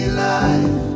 life